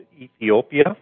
Ethiopia